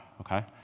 okay